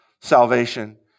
salvation